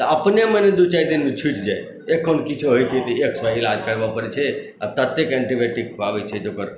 अपने मने दू चारि दिनमे छूटि जाय एखन किछो होइत छै तऽ एक सए इलाज करबऽ पड़ैत छै आ ततेक एंटीबायोटिक खुआबैत छै जे ओकर